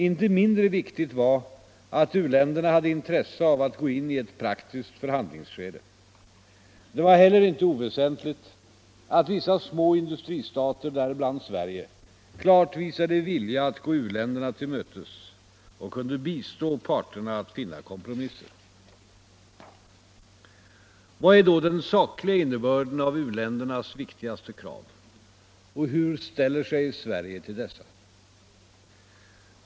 Inte mindre viktigt var att u-länderna hade intresse av att gå in i ett praktiskt förhandlingsskede. Det var heller inte oväseniligt att vissa små industristater, däribland Sverige, klart visade vilja att gå u-länderna till mötes och kunde bistå parterna att finna kompromisser. Vad är då den sakliga innebörden av u-ländernas viktigaste krav, och hur ställer sig Sverige till dessa?